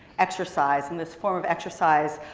exercise, in this form of exercise.